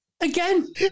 again